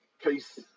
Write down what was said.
Case